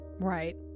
Right